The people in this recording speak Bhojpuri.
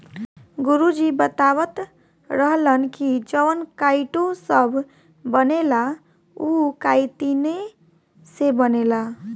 गुरु जी बतावत रहलन की जवन काइटो सभ बनेला उ काइतीने से बनेला